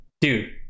Dude